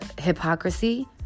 hypocrisy